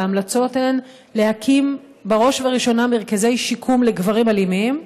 וההמלצות הן להקים בראש ובראשונה מרכזי שיקום לגברים אלימים,